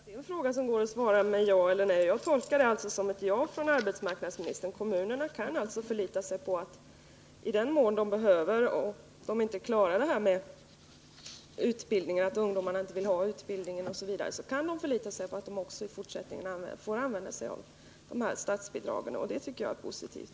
Herr talman! Det gäller en fråga som går att besvara med ett ja eller med ett nej, och jag tolkar arbetsmarknadsministerns svar som ett ja. Kommunerna kan alltså förlita sig på att de, i den mån de t.ex. inte lyckas med insatser för utbildning på grund av att ungdomarna inte vill ha denna, också i fortsättningen kan få de här aktuella statsbidragen, och det tycker jag är positivt.